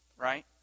Right